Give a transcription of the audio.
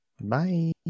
Bye